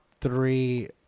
three